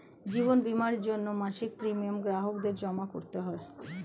জীবন বীমার জন্যে মাসিক প্রিমিয়াম গ্রাহকদের জমা করতে হয়